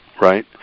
right